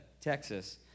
Texas